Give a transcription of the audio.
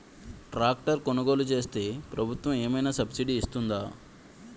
Tractor కొనుగోలు చేస్తే ప్రభుత్వం ఏమైనా సబ్సిడీ ఇస్తుందా?